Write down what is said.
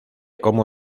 cómo